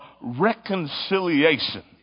reconciliation